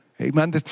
Amen